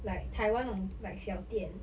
like taiwan 那种 like 小店